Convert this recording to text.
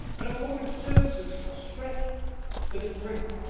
and our public services are stretched to the brink.